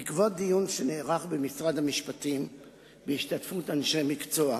בעקבות דיון שנערך במשרד המשפטים בהשתתפות אנשי מקצוע,